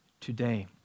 today